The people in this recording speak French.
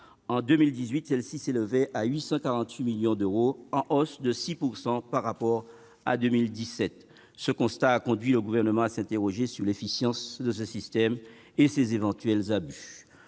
en 2018, celles-ci s'élevaient à 848 millions d'euros, soit une hausse de 6 % par rapport à 2017. Ce constat a conduit le Gouvernement à s'interroger sur l'efficience du système, et sur ses éventuels abus.